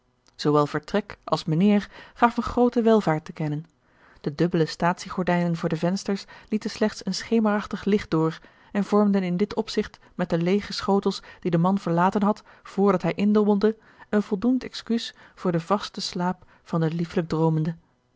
zoowel vertrek als mijnheer gaven groote welvaart te kennen de dubbele staatsiegordijnen voor de vensters lieten slechts een schemerachtig licht door en vormden in dit opzigt met de leêge schotels die de man verlaten had vr dat hij indommelde een voldoend excuus voor den vasten slaap van den